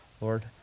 Lord